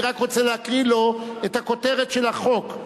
אני רק רוצה להקריא לו את הכותרת של החוק.